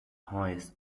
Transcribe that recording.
highest